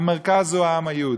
המרכז הוא העם היהודי.